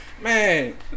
Man